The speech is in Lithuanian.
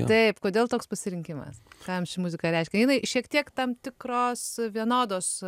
taip kodėl toks pasirinkimas kam ši muzika reiškia jinai šiek tiek tam tikros vienodos